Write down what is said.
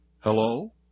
Hello